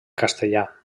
castellà